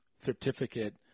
certificate